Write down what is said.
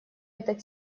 этот